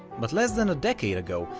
but less than a decade ago,